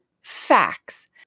Facts